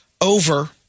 Over